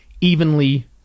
evenly